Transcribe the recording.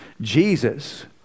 Jesus